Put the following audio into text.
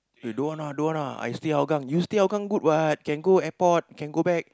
eh don't want ah don't want ah I stay Hougang you stay Hougang good what can go airport can go back